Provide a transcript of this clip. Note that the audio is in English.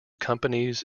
companies